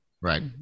Right